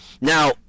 Now